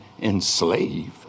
enslaved